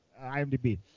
IMDb